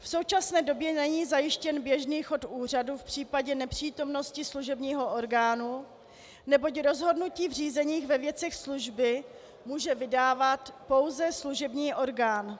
V současné době není zajištěn běžný chod úřadu v případě nepřítomnosti služebního orgánu, neboť rozhodnutí v řízení ve věcech služby může vydávat pouze služební orgán.